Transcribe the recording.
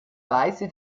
weise